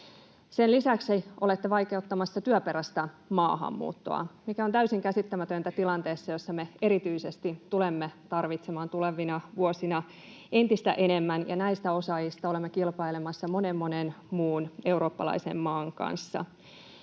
Sen lisäksi olette vaikeuttamassa työperäistä maahanmuuttoa, mikä on täysin käsittämätöntä tilanteessa, jossa me erityisesti tulemme tarvitsemaan tulevina vuosina entistä enemmän ja näistä osaajista olemme kilpailemassa monen, monen muun eurooppalaisen maan kanssa.